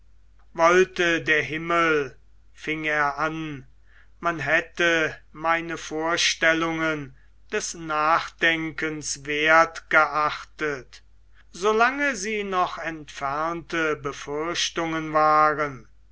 wollte der himmel fing er an man hätte meine vorstellungen des nachdenkens werth geachtet so lange sie noch entfernte befürchtungen waren